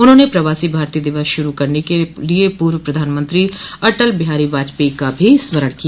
उन्हाने प्रवासी भारतीय दिवस शुरू करने के लिए पूर्व प्रधानमंत्री अटल बिहारी वाजपेयी का भी स्मरण किया